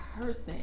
person